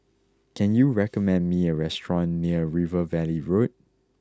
can you recommend me a restaurant near River Valley Road